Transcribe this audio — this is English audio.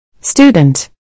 Student